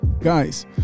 guys